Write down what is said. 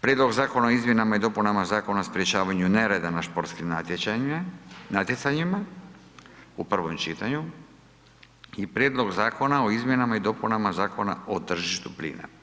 Prijedlog zakona o izmjenama i dopunama Zakona o sprječavanju nereda na športskim natjecanjima u prvom čitanju i Prijedloga zakona o izmjenama i dopunama Zakona o tržištu plina.